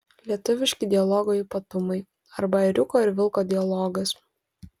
lietuviški dialogo ypatumai arba ėriuko ir vilko dialogas